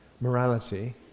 morality